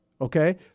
Okay